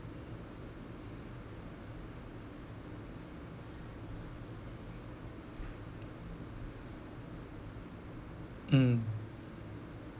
mm